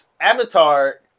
Avatar